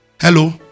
Hello